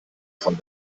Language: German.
von